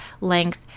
length